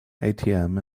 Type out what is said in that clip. atm